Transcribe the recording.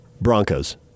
Broncos